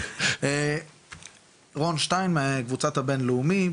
רון שטיין מקבוצת הבינלאומי.